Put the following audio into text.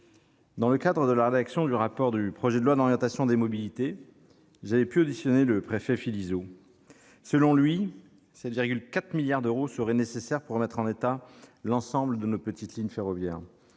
Dans le cadre de la rédaction du rapport sur la loi du 24 décembre 2019 d'orientation des mobilités (LOM), j'avais pu auditionner le préfet Philizot. Selon lui, 7,4 milliards d'euros seraient nécessaires pour remettre en état l'ensemble de nos petites lignes ferroviaires.